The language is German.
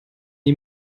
die